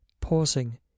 pausing